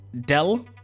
dell